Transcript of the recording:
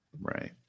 Right